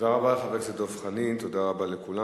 תודה רבה לחבר הכנסת דב חנין, תודה רבה לכולם.